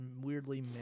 weirdly